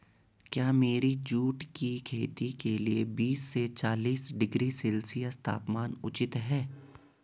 क्या मेरी जूट की खेती के लिए बीस से चालीस डिग्री सेल्सियस तापमान उचित है?